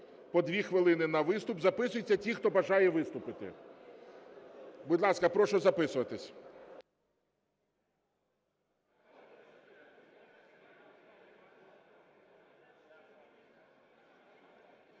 по дві хвилини на виступ. Записуються ті, хто бажає виступити. Будь ласка, прошу записуватись.